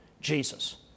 Jesus